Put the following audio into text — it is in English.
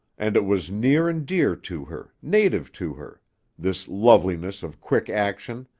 and it was near and dear to her, native to her this loveliness of quick action,